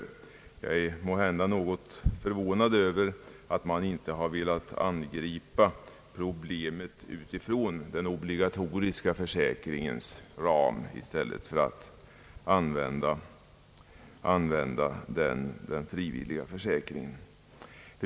Jag är måhända något förvånad över att man inte har velat angripa problemet utifrån den obligatoriska försäkringens ram i stället för att använda den frivilliga försäkringen.